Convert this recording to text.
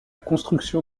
construction